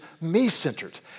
me-centered